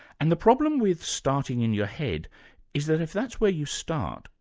and the problem with starting in your head is that if that's where you start,